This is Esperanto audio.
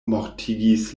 mortigis